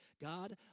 God